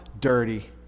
dirty